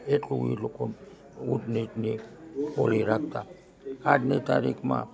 એટલું એ લોકોને ઊંચનીચની ઓલી રાખતા આજની તારીખમાં